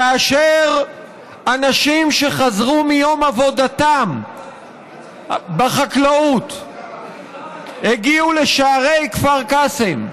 כאשר אנשים שחזרו מיום עבודתם בחקלאות הגיעו לשערי כפר קאסם,